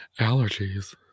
Allergies